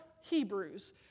Hebrews